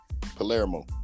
Palermo